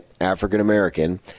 African-American